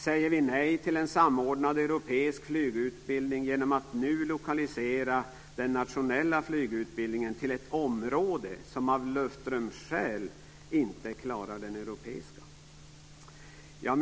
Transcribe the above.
Säger vi nej till en samordnad europeisk flygutbildning genom att nu lokalisera den nationella flygutbildningen till ett område som av luftrumsskäl inte klarar de europeiska kraven?